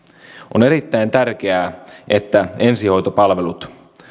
on erittäin tärkeää että ensihoitopalvelut